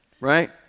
right